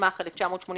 התשמ"ח 1988"